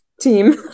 team